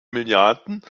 milliarden